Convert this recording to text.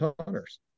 hunters